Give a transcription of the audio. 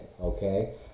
Okay